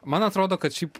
man atrodo kad šiaip